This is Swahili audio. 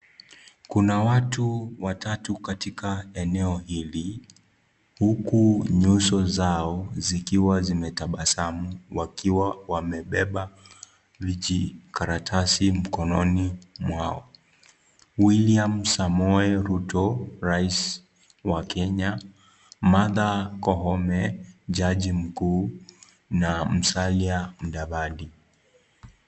Kuna watu watatu katika eneo hili, huku nyuso zao zikiwa zimetabasamu wakiwa wamebeba vijikaratasi mkononi mwao. William Samoei Ruto-rais wa Kenya, Martha Koome-jaji mkuu na Musalia Mudavadi.